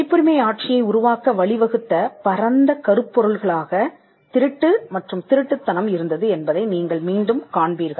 பதிப்புரிமை ஆட்சியை உருவாக்க வழி வகுத்த பரந்த கருப் பொருள்களாக திருட்டு மற்றும் திருட்டுத்தனம் இருந்தது என்பதை நீங்கள் மீண்டும் காண்பீர்கள்